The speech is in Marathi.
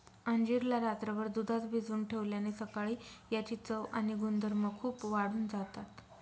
अंजीर ला रात्रभर दुधात भिजवून ठेवल्याने सकाळी याची चव आणि गुणधर्म खूप वाढून जातात